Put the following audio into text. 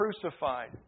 crucified